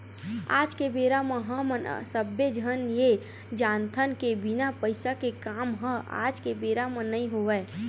आज के बेरा म हमन सब्बे झन ये जानथन के बिना पइसा के काम ह आज के बेरा म नइ होवय